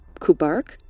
Kubark